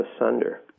asunder